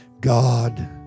God